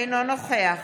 אינו נוכח